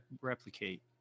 replicate